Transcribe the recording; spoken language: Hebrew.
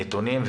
נתונים,